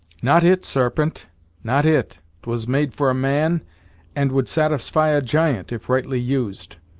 not it, sarpent not it twas made for a man and would satisfy a giant, if rightly used.